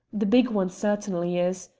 the big one certainly is.